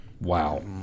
Wow